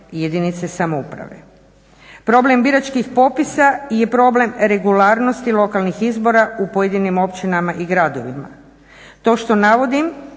lokalne samouprave. Problem biračkih popisa je problem regularnosti lokalnih izbora u pojedinim općinama i gradovima. To što navodim